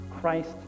Christ